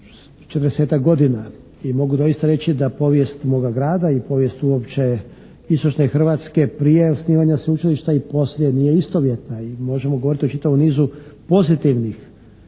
40-tak godina i mogu doista reći da povijest moga grada i povijest uopće istočne Hrvatske prije osnivanja sveučilišta i poslije nije istovjetna i možemo govoriti o čitavom nizu pozitivnih